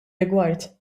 rigward